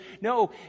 no